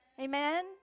Amen